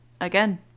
again